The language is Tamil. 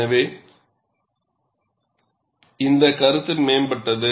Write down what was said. எனவே இந்த கருத்து மேம்பட்டது